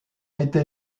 été